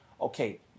okay